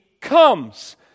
comes